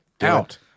out